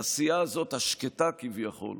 את העשייה השקטה הזאת, כביכול,